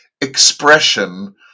expression